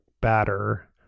batter